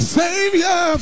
savior